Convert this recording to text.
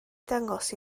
dangos